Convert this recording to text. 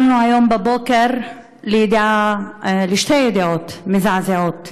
קמנו היום בבוקר לשתי ידיעות מזעזעות